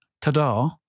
Ta-da